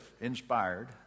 inspired